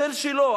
תל-שילה,